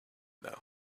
now